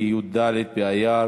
בעד,